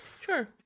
Sure